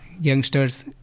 Youngsters